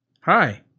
Hi